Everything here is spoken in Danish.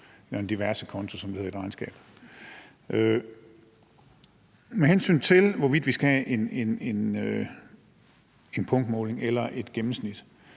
eller en diversekonto, som det hedder i det regnskab. Med hensyn til hvorvidt vi skal have en punktmåling eller et gennemsnitsmål,